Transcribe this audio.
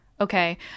Okay